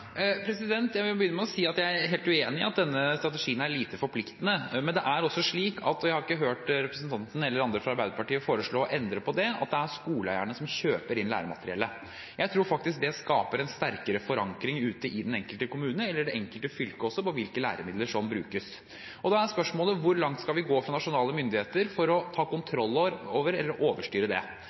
Jeg må begynne med å si at jeg er helt uenig i at denne strategien er lite forpliktende, og jeg har ikke hørt representanten eller andre fra Arbeiderpartiet foreslå å endre på at det er skoleeierne som kjøper inn læremateriellet. Jeg tror faktisk det skaper en sterkere forankring ute i den enkelte kommune – i det enkelte fylke også – på hvilke læremidler som brukes. Da er spørsmålet hvor langt vi skal gå fra nasjonale myndigheter for å ta kontroll over eller overstyre det.